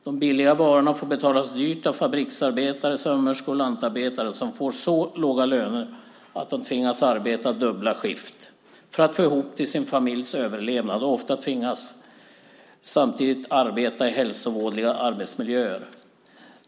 De billiga varorna får betalas dyrt av fabriksarbetare, sömmerskor och lantarbetare, som får så låga löner att de tvingas arbeta dubbla skift för att få ihop till sina familjers överlevnad, och ofta tvingas man samtidigt arbeta i hälsovådliga arbetsmiljöer.